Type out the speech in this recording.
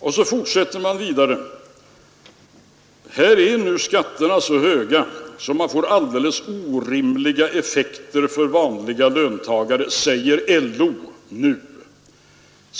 Vidare skriver man: ”Skatten på en inkomstökning är så hög att det får orimliga effekter för vanliga löntagare, säger LO nu.